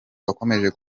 wakomeje